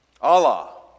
Allah